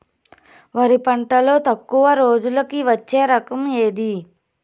వరి పంటలో తక్కువ రోజులకి వచ్చే రకం ఏది?